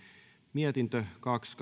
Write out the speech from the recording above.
mietintö kaksi